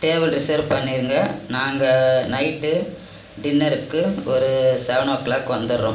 table reserve பண்ணிருங்க நாங்கள் night டின்னருக்கு ஒரு செவன் ஓ கிளாக் வந்துடுறோம்